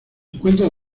encuentra